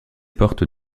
portes